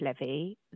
levy